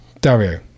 Dario